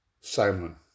Simon